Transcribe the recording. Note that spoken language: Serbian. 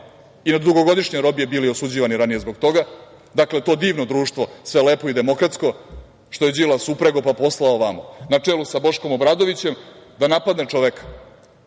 i na dugogodišnje robije bili osuđivani ranije zbog toga, dakle to divno društvo, sve lepo i demokratsko što je Đilas upregao pa poslao ovamo na čelu sa Boškom Obradovićem, da napadne čoveka,